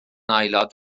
aelod